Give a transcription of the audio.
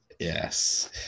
Yes